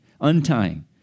untying